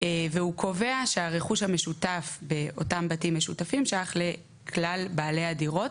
והוא קובע שהרכוש המשותף באותם בתים משותפים שייך לכלל בעלי הדירות,